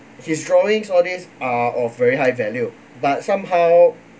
his drawings all these are of very high value but somehow